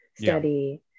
study